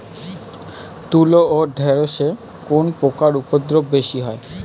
তুলো ও ঢেঁড়সে কোন পোকার উপদ্রব বেশি হয়?